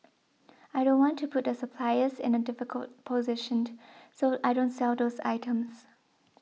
I don't want to put the suppliers in a difficult positioned so I don't sell those items